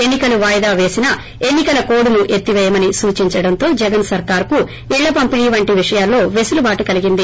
ఎన్స్ కలు వాయిదా వేసిన ఎన్ని కల కోడ్ ను ఎత్తివేయమని సూచించడంతో జగన్ సర్కార్ కు ఇళ్ళ పంపిణీ వంటి విషయాల్లో పేసులుబాటు కలిగింది